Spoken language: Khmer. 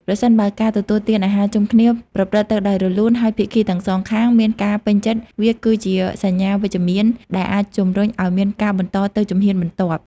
ប្រសិនបើការទទួលទានអាហារជុំគ្នាប្រព្រឹត្តទៅដោយរលូន ហើយភាគីទាំងសងខាងមានការពេញចិត្ត វាគឺជា សញ្ញាវិជ្ជមាន ដែលអាចជំរុញឱ្យមានការបន្តទៅជំហានបន្ទាប់។